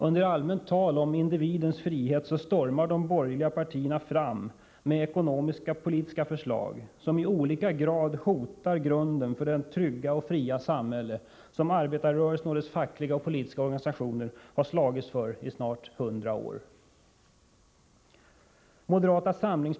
Under allmänt tal om individens frihet stormar de borgerliga partierna fram med ekonomisk-politiska förslag, som i olika grad hotar grunden för det trygga och fria samhälle som arbetarrörelsen och dess fackliga och politiska organisationer slagits för i snart hundra år.